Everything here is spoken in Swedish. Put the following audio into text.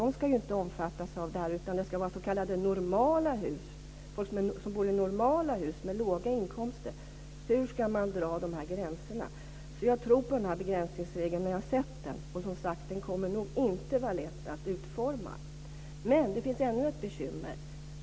De ska inte omfattas av det här, utan det ska vara folk som bor i s.k. normala hus med låga inkomster. Hur ska man dra gränserna? Jag tror på begränsningsregeln när jag har sett den. Och, som sagt, den kommer nog inte att vara lätt att utforma. Men det finns ännu ett bekymmer.